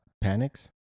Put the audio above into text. panics